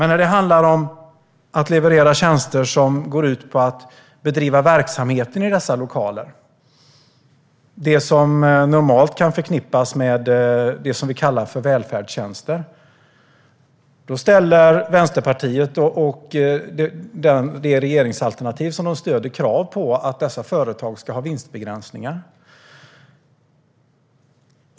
När det handlar om att leverera tjänster som går ut på att bedriva verksamhet i dessa lokaler - det som normalt kan förknippas med det vi kallar välfärdstjänster - ställer Vänsterpartiet och det regeringsalternativ som man stöder krav på att dessa företag ska ha vinstbegränsningar.